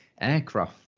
aircraft